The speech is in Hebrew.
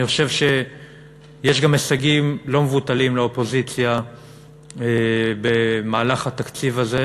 אני חושב שיש גם הישגים לא מבוטלים לאופוזיציה במהלך התקציב הזה,